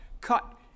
cut